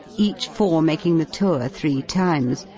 each four making the tour three times,